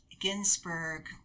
Ginsburg